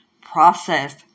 process